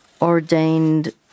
ordained